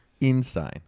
insane